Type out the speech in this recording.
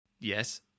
Yes